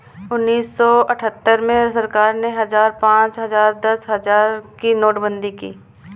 उन्नीस सौ अठहत्तर में सरकार ने हजार, पांच हजार, दस हजार की नोटबंदी की